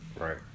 Right